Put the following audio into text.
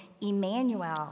Emmanuel